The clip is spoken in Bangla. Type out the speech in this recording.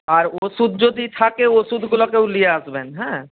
আর ওষুধ যদি থাকে ওষুধগুলোকেও নিয়ে আসবেন হ্যাঁ